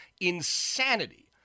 insanity